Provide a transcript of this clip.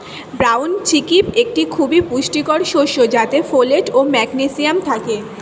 brown chickpea একটি খুবই পুষ্টিকর শস্য যাতে ফোলেট ও ম্যাগনেসিয়াম থাকে